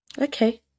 Okay